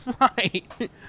Right